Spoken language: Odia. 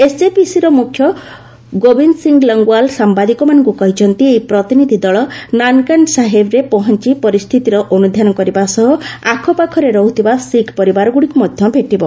ଏସ୍ଜିପିସିର ମ୍ରଖ୍ୟ ଗୋବିନ୍ଦ ସିଂହ ଲଙ୍ଗ୍ୱାଲ୍ ସାମ୍ବାଦିକମାନଙ୍କୁ କହିଛନ୍ତି ଏହି ପ୍ରତିନିଧି ଦଳ ନାନ୍କାନା ସାହେବ୍ରେ ପହଞ୍ ପରିସ୍ଥିତିର ଅନ୍ଧ୍ୟାନ କରିବା ସହ ଆଖପାଖରେ ରହ୍ରଥିବା ଶିଖ ପରିବାରଗୁଡ଼ିକୁ ମଧ୍ୟ ଭେଟିବ